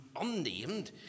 unnamed